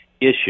issue